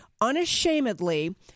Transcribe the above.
unashamedly